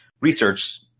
research